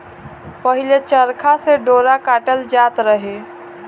पहिले चरखा से डोरा काटल जात रहे